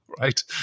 right